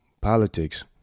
politics